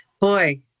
Boy